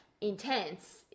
intense